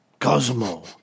Cosmo